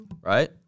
Right